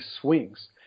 swings